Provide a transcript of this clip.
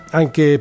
anche